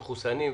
מחוסנים,